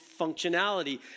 functionality